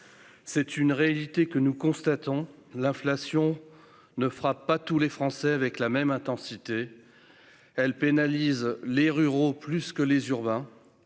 Force est de constater que l'inflation ne frappe pas tous les Français avec la même intensité. Elle pénalise les ruraux plus que les urbains,